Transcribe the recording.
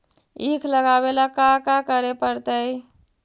ईख लगावे ला का का करे पड़तैई?